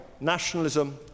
nationalism